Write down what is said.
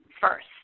first